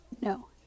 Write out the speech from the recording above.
No